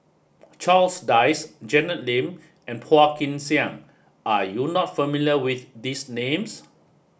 Charles Dyce Janet Lim and Phua Kin Siang are you not familiar with these names